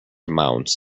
amounts